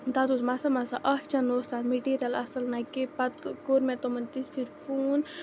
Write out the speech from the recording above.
تَتھ اوس مَسا مَسا اکھ چَنہٕ اوس تَتھ میٚٹیٖریَل اَصٕل نہ کینٛہہ پَتہٕ کوٚر مےٚ تِمَن تِژھ پھِرِ فون